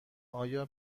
آیا